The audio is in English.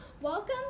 Welcome